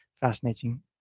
fascinating